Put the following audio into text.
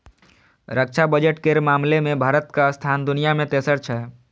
रक्षा बजट केर मामला मे भारतक स्थान दुनिया मे तेसर छै